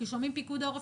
כי שומעים "פיקוד העורף",